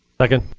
second.